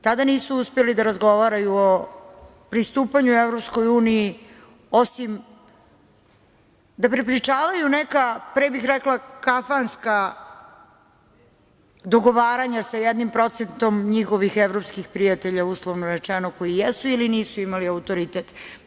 Tada nisu uspeli da razgovaraju o pristupanju EU, osim da prepričavaju neka, pre bih rekla, kafanska dogovaranja sa jednim procentom njihovih evropskih prijatelja, uslovno rečeno, koji jesu ili nisu imali autoritet.